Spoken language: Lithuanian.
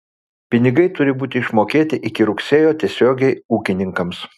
pinigai turi būti išmokėti iki rugsėjo tiesiogiai ūkininkams